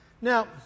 Now